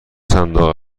صندوق